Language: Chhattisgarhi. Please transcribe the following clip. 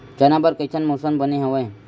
चना बर कइसन मौसम बने हवय?